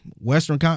Western